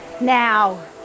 now